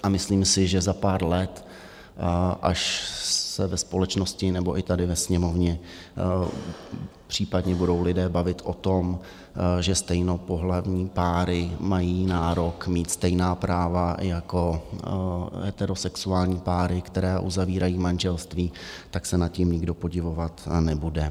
A myslím si, že pár let, až se ve společnosti nebo i tady ve Sněmovně případně budou lidé bavit o tom, že stejnopohlavní páry mají nárok mít stejná práva jako heterosexuální páry, které uzavírají manželství, tak se nad tím nikdo podivovat nebude.